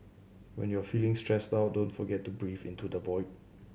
when you are feeling stressed out don't forget to breathe into the void